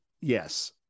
yes